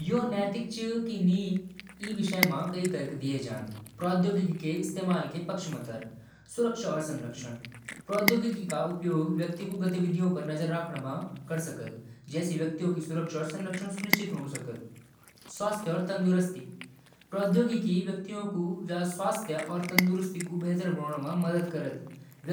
धौंसियाण स निपटण क लिए स्कूल म जागरूकता कार्यक्रम चलाण जरूरी होलु। बच्चों क आत्मविश्वास बढ़ाण और शिक्षकों क प्रशिक्षण जरूरी होलु। सही संवाद और सख्त नियम